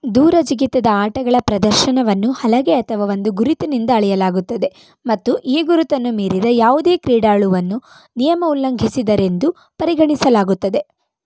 ದೂರ ಜಿಗಿತದ ಆಟಗಳ ಪ್ರದರ್ಶನವನ್ನು ಹಲಗೆ ಅಥವಾ ಒಂದು ಗುರುತಿನಿಂದ ಅಳೆಯಲಾಗುತ್ತದೆ ಮತ್ತು ಈ ಗುರುತನ್ನು ಮೀರಿದ ಯಾವುದೇ ಕ್ರೀಡಾಳುವನ್ನು ನಿಯಮ ಉಲ್ಲಂಘಿಸಿದರೆಂದು ಪರಿಗಣಿಸಲಾಗುತ್ತದೆ